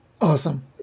Awesome